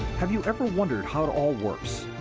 have you ever wondered how it all works?